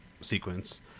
sequence